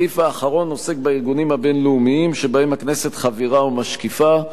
הסעיף האחרון עוסק בארגונים הבין-לאומיים שבהם הכנסת חברה או משקיפה,